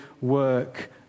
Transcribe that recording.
work